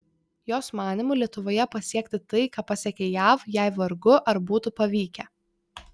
jos manymu lietuvoje pasiekti tai ką pasiekė jav jai vargu ar būtų pavykę